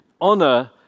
honor